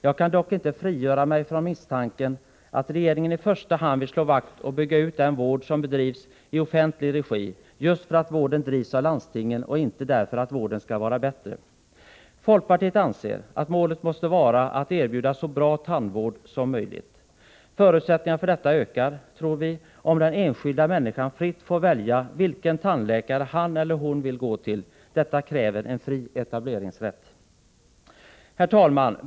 Jag kan dock inte frigöra mig från misstanken att regeringen i första hand vill slå vakt om och bygga ut den vård som bedrivs i offentlig regi just för att vården drivs av landstingen och inte därför att vården skulle vara bättre. Folkpartiet anser att målet måste vara att erbjuda så bra tandvård som möjligt. Förutsättningarna för detta ökar, tror vi, om den enskilda människan fritt får välja vilken tandläkare han eller hon vill gå till. Detta kräver en fri etableringsrätt. Herr talman!